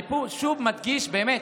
אני שוב מדגיש, באמת,